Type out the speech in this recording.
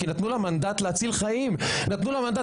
כי נתנו לה מנדט להציל חיים, נתנו לה מנדט.